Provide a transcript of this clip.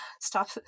stop